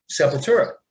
Sepultura